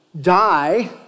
die